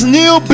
new